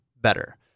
better